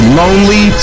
lonely